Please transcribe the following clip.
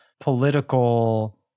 political